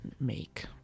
make